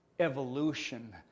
Evolution